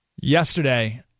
Yesterday